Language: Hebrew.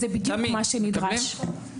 זה בדיוק מה שנדרש.